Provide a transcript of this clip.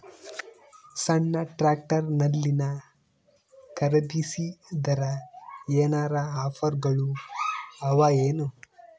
ಸಣ್ಣ ಟ್ರ್ಯಾಕ್ಟರ್ನಲ್ಲಿನ ಖರದಿಸಿದರ ಏನರ ಆಫರ್ ಗಳು ಅವಾಯೇನು?